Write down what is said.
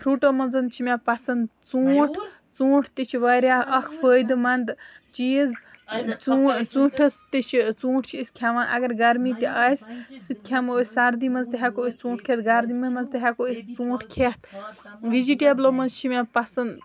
فرٛوٗٹو منٛز چھِ مےٚ پَسنٛد ژوٗنٛٹھ ژوٗنٛٹھ تہِ چھِ واریاہ اَکھ فٲیدٕ مَند چیٖز ژوٗٹھ ژوٗنٛٹھَس تہِ چھِ ژوٗنٛٹھۍ چھِ أسۍ کھٮ۪وان اگر گرمی تہِ آسہِ سُہ تہِ کھٮ۪مو أسۍ سردی منٛز تہِ ہیٚکو أسۍ ژوٗنٛٹھ کھٮ۪تھ گرمی منٛز تہِ ہیٚکو أسۍ ژوٗنٛٹھۍ کھٮ۪تھ وِجٹیبلو منٛز چھِ مےٚ پَسنٛد